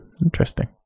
Interesting